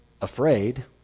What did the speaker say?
afraid